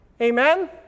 Amen